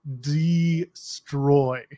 destroy